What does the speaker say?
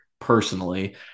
personally